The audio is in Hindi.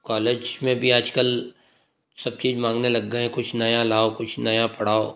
कॉलेज में भी आज कल सब चीज मांगने लग गए हैं कुछ नया लाओ कुछ नया पढ़ाओ